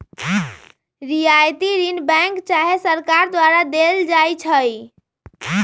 रियायती ऋण बैंक चाहे सरकार द्वारा देल जाइ छइ